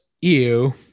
ew